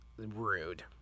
rude